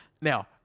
Now